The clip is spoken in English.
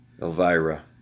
Elvira